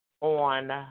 on